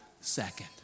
second